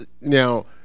now